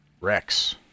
Rex